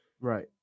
right